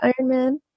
Ironman